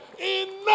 Enough